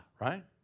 right